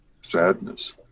sadness